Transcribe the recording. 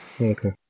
Okay